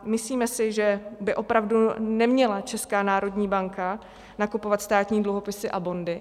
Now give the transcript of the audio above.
Myslíme si, že by opravdu neměla Česká národní banka nakupovat státní dluhopisy a bondy.